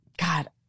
God